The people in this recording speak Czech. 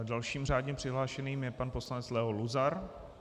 Dalším řádně přihlášeným je pan poslanec Leo Luzar.